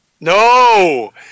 No